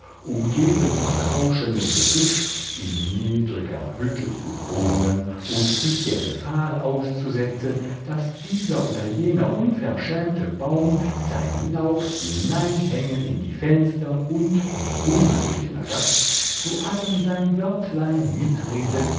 umgeben von rauschendem gebüsch in niedriger hütte zu wohnen und sich der gefahr auszusetzen daß dieser oder jener unverschämte baum sein laub hineinhänge in die fenster und ungebetener gast zu allem sein wörtlein mitrede